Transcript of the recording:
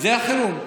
זה החירום.